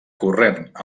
corrent